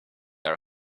our